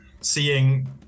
seeing